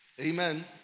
Amen